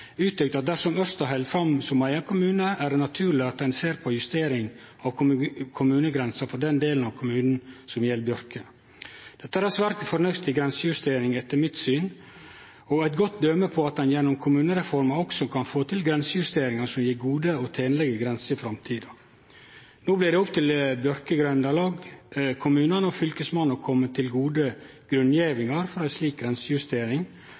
uttrykt at dersom Ørsta held fram som eigen kommune, er det naturleg at ein ser på justering av kommunegrensa for den delen av kommunen som gjeld Bjørke. Dette er ei svært fornuftig grensejustering, etter mitt syn, og eit godt døme på at ein gjennom kommunereforma også kan få til grensejusteringar som vil gje gode og tenlege grenser i framtida. No blir det opp til Bjørke grendalag, kommunane og Fylkesmannen å kome med gode grunngjevingar for ei slik grensejustering,